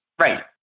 Right